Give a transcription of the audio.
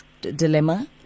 dilemma